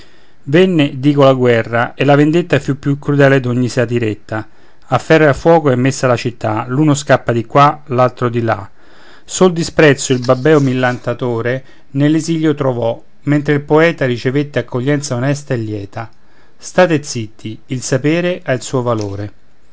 venne dico la guerra e la vendetta fu più crudele d'ogni satiretta a ferro e a fuoco è messa la città l'uno scappa di qua l'altro di là sol disprezzo il babbeo millantatore nell'esilio trovò mentre il poeta ricevette accoglienza onesta e lieta state zitti il saper ha il suo valore